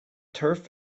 turf